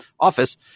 office